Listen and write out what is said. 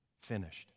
finished